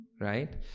Right